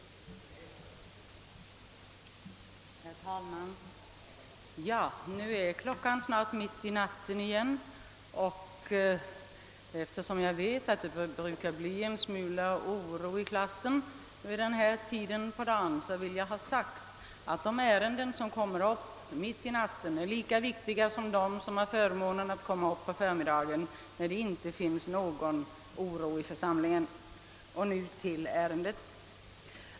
Herr talman! Nu är det snart mitt i natten igen, och eftersom jag vet att det brukar bli en smula »oro i klassen» vid denna tid på dygnet vill jag understryka att de ärenden, som kommer upp till behandling så här sent, är lika viktiga som de som får förmånen att behandlas tidigare på dagen, då det är lugnare här 1 kammaren. Nu till ärendet!